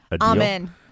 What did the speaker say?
Amen